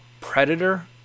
predator